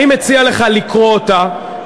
אני מציע לך לקרוא אותה.